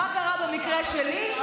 מה קרה במקרה שלי?